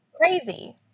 Crazy